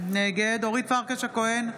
נגד אורית פרקש הכהן,